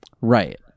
Right